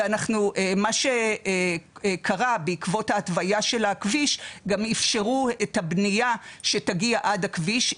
ומה שקרה בעקבות ההתוויה של הכביש גם אפשרו את הבנייה שתגיע עד הכביש.